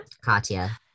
Katya